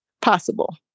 Possible